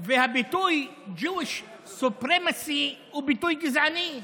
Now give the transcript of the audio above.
והביטוי Jewish Supremacy הוא ביטוי גזעני.